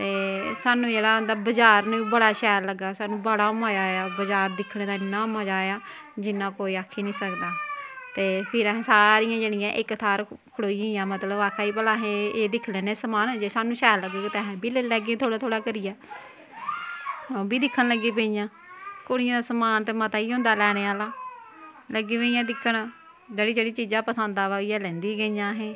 ते सानूं जेह्ड़ा उं'दा बजार बी बड़ा शैल लग्गा सानूं बड़ा मजा आया बजार दिक्खने दा इन्ना मजा आया जिन्ना कोई आक्खी निं सकदा फिर ते असें सारियें जनियें इक थाह्र खड़ोई गेइयां मतलब आक्खा दियां हां भला अस एह् दिक्खी लैन्ने आं समान जे सानूं शैल लग्गग ते एह् बी लेई लैग्गे थोह्ड़ा थोह्ड़ा करियै ओह् बी दिक्खन लगी पेइयां कुड़ियें दा समान ते मता गै होंदा लैने आह्ला लग्गी पेइयां दिक्खन जेह्ड़ी जेह्ड़ी चीजां पसंद अवा दियां हां उ'यै लैंदियां गेइयां असें